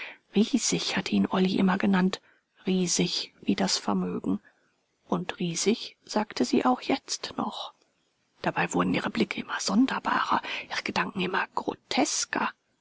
riesig hatte ihn olly immer genannt riesig wie das vermögen und riesig sagte sie auch jetzt noch dabei wurden ihre blicke immer sonderbarer ihre gedanken immer grotesker